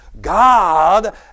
God